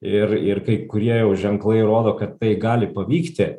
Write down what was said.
ir ir kai kurie jau ženklai rodo kad tai gali pavykti